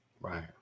Right